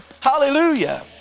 Hallelujah